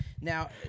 Now